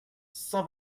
cent